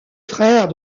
frère